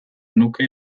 nuke